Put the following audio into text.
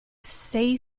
say